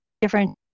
different